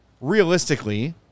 realistically